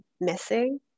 missing